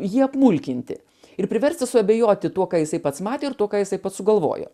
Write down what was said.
jį apmulkinti ir priversti suabejoti tuo ką jisai pats matė ir tuo ką jisai pats sugalvojo